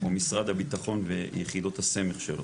או משרד הביטחון ויחידות הסמך שלו.